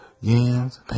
yams